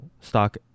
stock